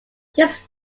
this